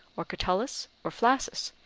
or catullus, or flaccus,